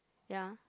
ya